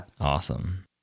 Awesome